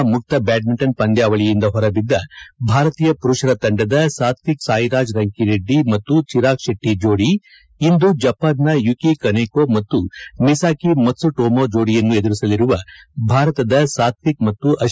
China ಮುಕ್ತ badminton ಪಂದ್ಲಾವಳಿಯಿಂದ ಹೊರಬಿದ್ದ ಭಾರತೀಯ ಪುರುಪರ ತಂಡದ ಸಾತ್ವಿಕ್ ಸಾಯಿರಾಜ್ ರಂಕಿರೆಡ್ಡಿ ಮತ್ತು ಚಿರಾಗ್ ಶೆಟ್ಟ ಜೋಡಿ ಇಂದು ಜಪಾನ್ ನ ಯುಕಿ ಕನೇಕೋ ಮತ್ತು ಮಿಸಾಕಿ ಮತ್ತುಟೋಮೋ ಜೋಡಿಯನ್ನು ಎದುರಿಸಲಿರುವ ಭಾರತದ ಸಾತ್ವಿಕ್ ಮತ್ತು ಅಶ್ವಿನಿ ಪೊನ್ನಪ್ಪ